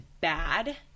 bad